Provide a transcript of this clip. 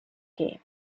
game